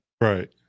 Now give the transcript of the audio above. Right